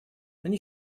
они